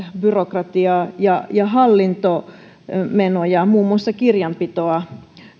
byrokratiaa ja ja hallintomenoja muun muassa kirjanpitoa